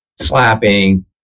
slapping